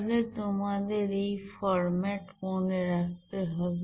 তাহলে তোমাদের এই ফরম্যাট মনে রাখতে হবে